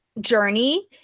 journey